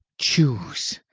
choose!